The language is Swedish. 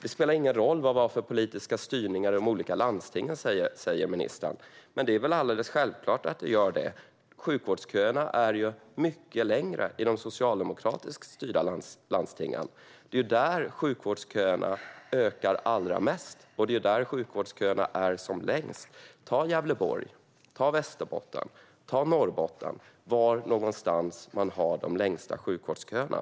Det spelar ingen roll vad det är för politisk styrning i de olika landstingen, säger ministern. Men det är väl alldeles självklart att det gör det. Sjukvårdsköerna är ju mycket längre i de socialdemokratiskt styrda landstingen. Det är där sjukvårdsköerna ökar allra mest och är som längst. Ta Gävleborg, Västerbotten och Norrbotten - var har man de längsta sjukvårdsköerna?